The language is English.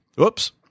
Oops